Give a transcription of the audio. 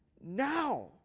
now